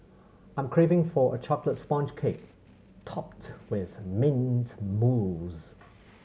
I am craving for a chocolate sponge cake topped with mint mousse